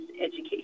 education